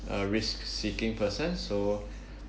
a risk seeking person so